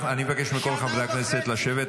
אני מבקש מכל חברי הכנסת לשבת,